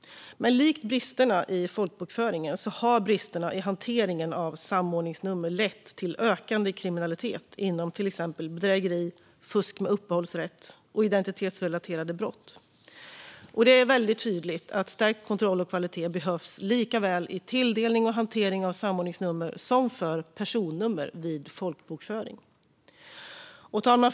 Men likt bristerna i folkbokföringen har bristerna i hanteringen av samordningsnummer lett till ökande kriminalitet inom till exempel bedrägeri, fusk med uppehållsrätt och identitetsrelaterade brott. Det är väldigt tydligt att stärkt kontroll och kvalitet behövs lika väl vid tilldelning och hantering av samordningsnummer som för personnummer vid folkbokföring. Fru talman!